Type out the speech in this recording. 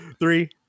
three